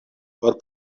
por